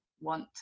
want